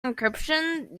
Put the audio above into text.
encryption